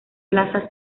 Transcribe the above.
plaza